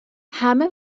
همه